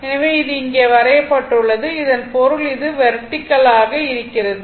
எனவே இது இங்கே வரையப்பட்டுள்ளது இதன் பொருள் இது வெர்டிகல் ஆக இருக்கிறது